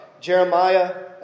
Jeremiah